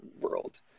world